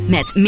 Met